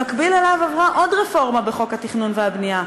במקביל אליו עברה עוד רפורמה בחוק התכנון והבנייה,